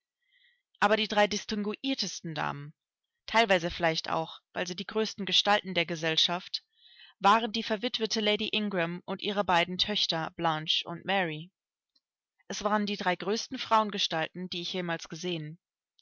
aber die drei distinguiertesten damen teilweise vielleicht auch weil sie die größten gestalten der gesellschaft waren die verwitwete lady ingram und ihre beiden töchter blanche und mary es waren die drei größten frauengestalten die ich jemals gesehen